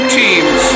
teams